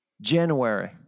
January